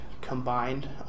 combined